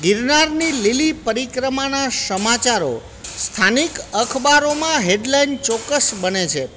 ગિરનારની લીલી પરિક્રમાના સમાચારો સ્થાનિક અખબારોમાં હેડલાઇન ચોક્કસ બને છે